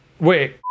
Wait